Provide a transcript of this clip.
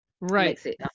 Right